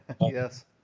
Yes